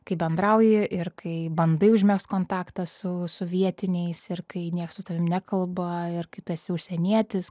kai bendrauji ir kai bandai užmegzt kontaktą su su vietiniais ir kai nieks su tavim nekalba ir kai tu esi užsienietis